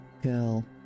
girl